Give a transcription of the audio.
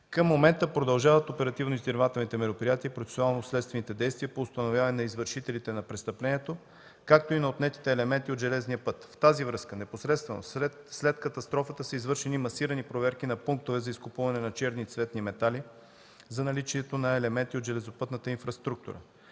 Към момента продължават оперативно-издирвателните мероприятия и процесуално-следствените действия по установяване на извършителите на престъплението, както и на отнетите елементи от железния път. В тази връзка непосредствено след катастрофата са извършени масирани проверки на пунктове за изкупуване на черни и цветни метали за наличието на елементи от железопътната инфраструктура.